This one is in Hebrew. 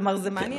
כלומר, זה מעניין.